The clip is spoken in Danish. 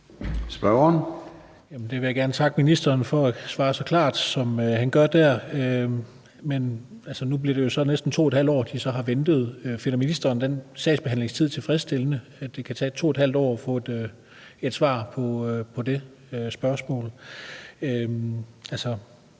(LA): Jeg vil gerne takke ministeren for at svare så klart, som han gør der. Men nu bliver det jo så næsten 2½ år, de har ventet. Finder ministeren den sagsbehandlingstid tilfredsstillende, altså at det kan tage 2½ år at få et svar på det spørgsmål?